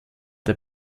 der